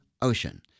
ocean